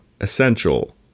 essential